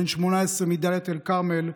בן 18 מדאלית אל-כרמל,